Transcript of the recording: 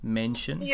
mention